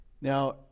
Now